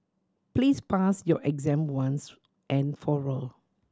please pass your exam once and for all